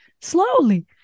slowly